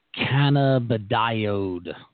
Cannabidiode